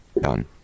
Done